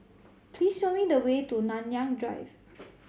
please show me the way to Nanyang Drive